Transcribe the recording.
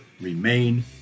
remain